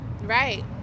Right